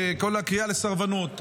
כל הקריאה לסרבנות,